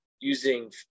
using